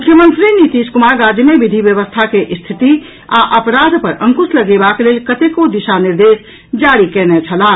मुख्यमंत्री नीतीश कुमार राज्य मे विधि व्यवस्था के स्थिति आ अपराध पर अंकुश लगेबाक लेल कतेको दिशा निर्देश जारी कयने छलाह